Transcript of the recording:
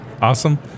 Awesome